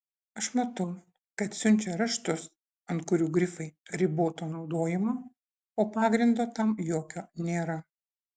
aš matau kad siunčia raštus ant kurių grifai riboto naudojimo o pagrindo tam jokio nėra